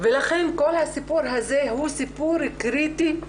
ולכן כל הסיפור הזה הוא סיפור קריטי.